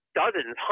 dozens